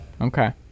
Okay